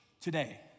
today